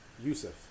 Yusuf